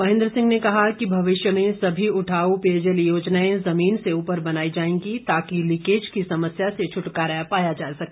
महेंद्र सिंह ने कहा कि भविष्य में सभी उठाऊ पेयजल योजनाएं जमीन से ऊपर बनाई जाएंगी ताकि लीकेज की समस्या से छुटकारा पाया जा सके